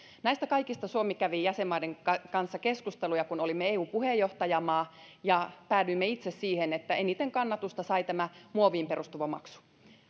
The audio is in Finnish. näistä kaikista suomi kävi jäsenmaiden kanssa keskusteluja kun olimme eu puheenjohtajamaa ja päädyimme itse siihen että eniten kannatusta sai tämä muoviin perustuva maksu